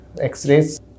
X-rays